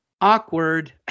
awkward